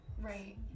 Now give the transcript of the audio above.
Right